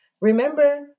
Remember